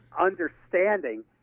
Understanding